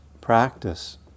practice